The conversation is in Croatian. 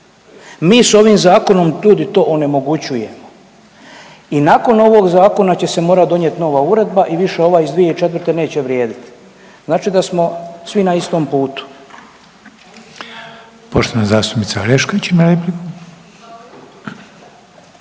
Mi s ovim zakonom tud i to onemogućujemo i nakon ovog zakona će se morat donijet nova uredba i više ova iz 2004. neće vrijediti, znači da smo svi na istom putu.